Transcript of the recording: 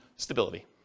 Stability